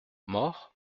mort